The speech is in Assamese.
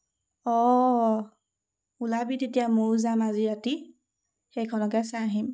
অঁ ওলাবি তেতিয়া ময়ো যাম আজি ৰাতি সেইখনকে চাই আহিম